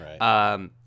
right